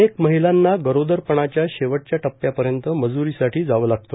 अनेक महिलांना गरोदरपणाच्या शेवटच्या टप्प्यापर्यंत मज्रीसाठी जावं लागते